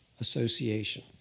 Association